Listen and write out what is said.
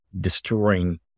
destroying